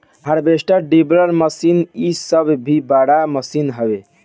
harvester, dibbler machine इ सब भी बड़ मशीन हवे